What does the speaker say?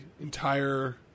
entire